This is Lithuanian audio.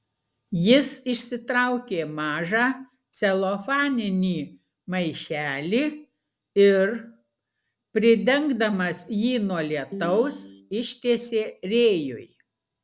jis išsitraukė mažą celofaninį maišelį ir pridengdamas jį nuo lietaus ištiesė rėjui